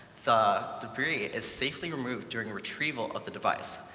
the debris is safely removed during retrieval of the device,